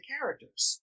characters